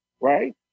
right